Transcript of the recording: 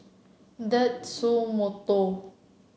Tatsumoto